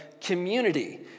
community